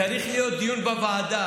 צריך להיות דיון בוועדה,